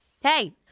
Hey